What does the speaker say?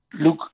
look